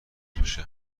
بشه